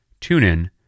TuneIn